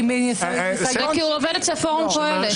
הוא עובד אצל פורום קהלת.